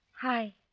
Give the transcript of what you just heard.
Hi